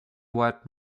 what